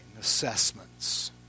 assessments